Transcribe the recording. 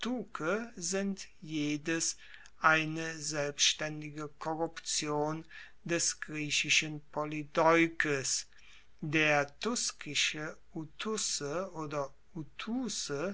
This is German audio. sind jedes eine selbstaendige korruption des griechischen polydeukes der tuskische utuze oder